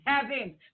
heaven